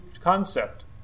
concept